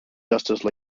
justice